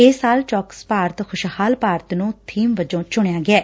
ਇਸ ਸਾਲ ਚੌਕਸ ਭਾਰਤ ਖੁਸ਼ਹਾਲ ਭਾਰਡ ਨੂੰ ਥੀਮ ਵਜੋ ਚੁਣਿਆ ਗਿਐ